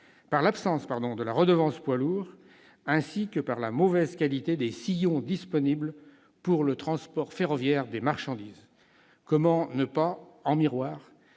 par l'absence de redevance poids lourds ainsi que par la mauvaise qualité des sillons disponibles pour le transport ferroviaire de marchandises. » Comment ne pas mettre